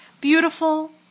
Beautiful